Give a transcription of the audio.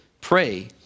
pray